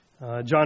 John